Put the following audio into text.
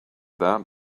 that